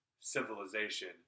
civilization